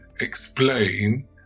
explain